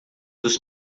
dos